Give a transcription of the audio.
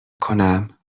کنم